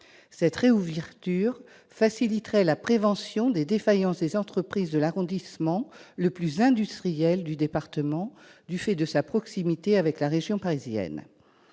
Cette réouverture faciliterait la prévention des défaillances des entreprises de l'arrondissement le plus industriel du département, du fait de sa proximité avec la région parisienne.